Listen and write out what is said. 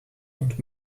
und